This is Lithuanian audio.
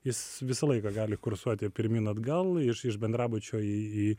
jis visą laiką gali kursuoti pirmyn atgal iš iš bendrabučio į į